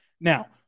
Now